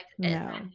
no